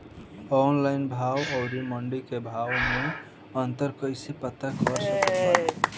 Online भाव आउर मंडी के भाव मे अंतर कैसे पता कर सकत बानी?